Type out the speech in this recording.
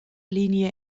linie